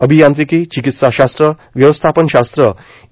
अभियांत्रिकी चिकित्साशास्त्रा व्यवस्थापनशास्त्रा इ